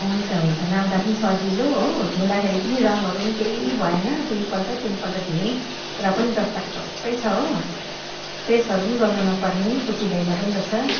हुन्छ हुन्छ लगाउँदा पनि सजिलो हो धुदाँखेरि पनि रङहरू पनि केही भएन दुईपल्ट तिनपल्ट धुएँ र पनि जस्ताको तस्तै छ हो प्रेसहरू पनि गर्नु नपर्ने कुच्चिँदैन पनि रहेछ